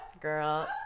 Girl